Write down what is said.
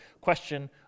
question